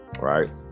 right